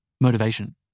Motivation